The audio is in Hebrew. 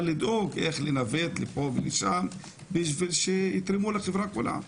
לדאוג איך לנווט כדי שיתרמו לחברה כולה.